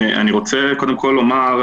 אני רוצה קודם כול לומר,